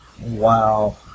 Wow